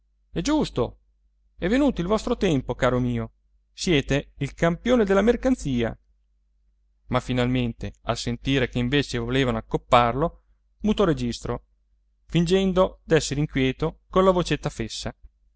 è giusto è venuto il vostro tempo caro mio siete il campione della mercanzia ma finalmente al sentire che invece volevano accopparlo mutò registro fingendo d'essere inquieto colla vocetta fessa